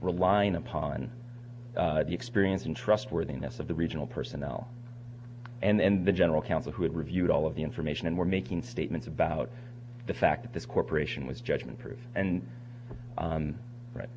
relying upon the experience and trustworthiness of the regional personnel and the general counsel who had reviewed all of the information and were making statements about the fact that this corporation was judgment proof and right